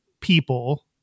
people